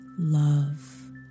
Love